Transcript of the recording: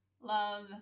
love